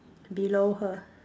below her